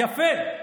יפה.